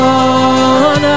on